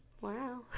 Wow